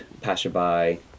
passerby